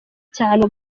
cyangwa